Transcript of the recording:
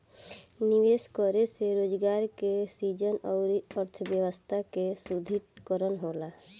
निवेश करे से रोजगार के सृजन अउरी अर्थव्यस्था के सुदृढ़ीकरन होला